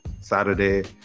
Saturday